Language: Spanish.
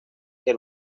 que